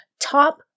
top